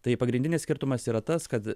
tai pagrindinis skirtumas yra tas kad